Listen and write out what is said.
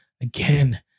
again